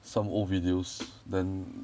some old videos then